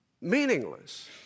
meaningless